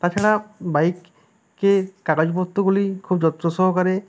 তাছাড়া বাইকে কাগজপত্রগুলি খুব যত্ন সহকারে